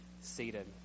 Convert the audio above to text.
seated